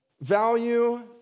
value